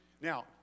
now